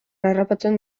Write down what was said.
harrapatzen